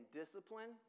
discipline